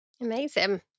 Amazing